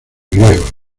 griegos